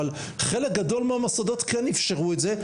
אבל חלק גדול מהמוסדות כן אפשרו את זה.